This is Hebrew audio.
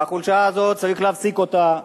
והחולשה הזאת, צריך להפסיק אותה.